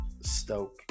Stoke